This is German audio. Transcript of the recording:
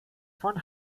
von